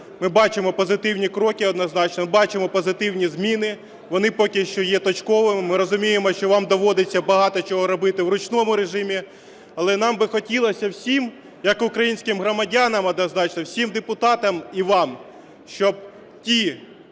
Ми бачимо позитивні кроки, однозначно, ми бачимо позитивні зміни, вони поки що є точковими. Ми розуміємо, що вам доводиться багато чого робити в ручному режимі. Але нам би хотілося всім, як українським громадянам, однозначно, всім депутатам і вам, щоб ті,